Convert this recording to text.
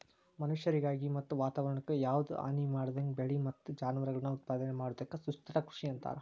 ಮನಷ್ಯಾರಿಗೆ ಮತ್ತ ವಾತವರಣಕ್ಕ ಯಾವದ ಹಾನಿಮಾಡದಂಗ ಬೆಳಿ ಮತ್ತ ಜಾನುವಾರಗಳನ್ನ ಉತ್ಪಾದನೆ ಮಾಡೋದಕ್ಕ ಸುಸ್ಥಿರ ಕೃಷಿ ಅಂತಾರ